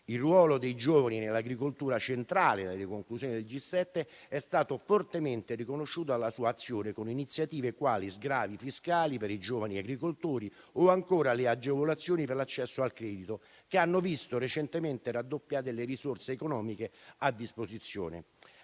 il ruolo dei giovani nell'agricoltura, centrale nelle conclusioni del G7, è stato fortemente riconosciuto dalla sua azione con iniziative quali sgravi fiscali per i giovani agricoltori o, ancora, le agevolazioni per l'accesso al credito, che hanno visto recentemente raddoppiate le risorse economiche a disposizione.